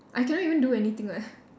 I cannot even do anything [what]